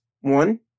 one